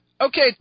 Okay